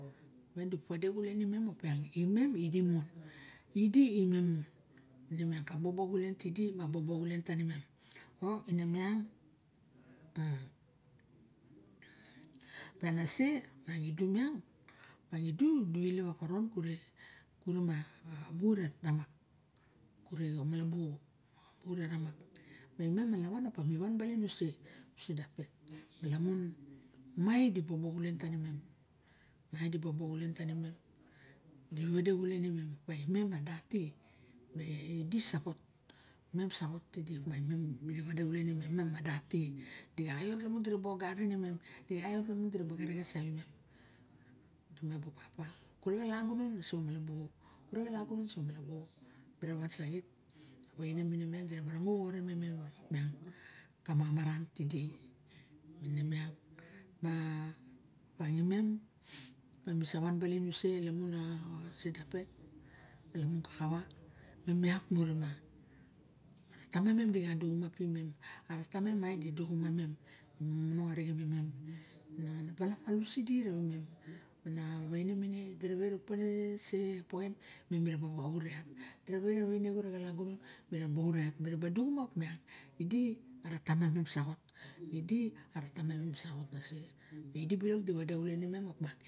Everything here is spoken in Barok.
Miang di buk pade xulen imen opian imen ineidi mon idi imem mon idi miang ka bo bo ti ai ma bobo tanimem o ine miang opa nase di miang idu du elep a koron kuruma xa wu re tawak kure xamalabou ma imem alawan mi wan baling use- use dapet mai di bu bobo xulen tanimen mai di bo bo xulen tanimem di wade xulen imem mai di bo bo xulen tanime di wade xulen imem ime a da ti me idi saxot memo saxot tidi mem a dati ma di kaiot tawe xerexes savimem kurexalagon ma nase xamalabuo mera wansaxit ana waine memiang diraba rango xore mem me miang kama maran tidi ma imem misa nan baling use dapet lamun kakawa imem iak muruma tama mem id momonong arisem imem mana waine mine dira wet se xaa poin miraba ot iat awaine xure xalagun mura ba ot iat mi raba dixune opiang idi ara tama mem sangot idi ara tama mem saxot ma di wade xulen.